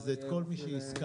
אז את כל מי שהזכרת.